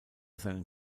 seinen